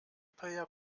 player